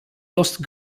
lost